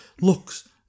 looks